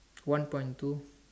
one point two